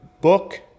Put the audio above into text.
book